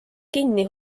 kinni